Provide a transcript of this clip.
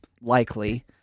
likely